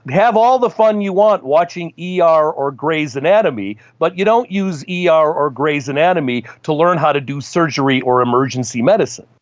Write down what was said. have all the phone you want watching yeah ah er or grey's anatomy but you don't use yeah ah er or grey's anatomy to learn how to do surgery or emergency medicine.